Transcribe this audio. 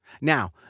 Now